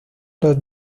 los